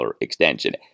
extension